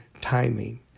timing